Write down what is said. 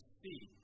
see